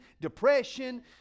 depression